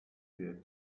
der